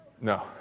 No